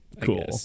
Cool